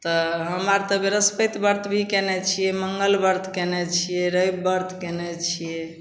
तऽ हम आर तऽ ब्रहस्पति वर्त भी कएने छिए मङ्गल वर्त कएने छिए रवि वर्त कएने छिए